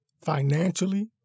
financially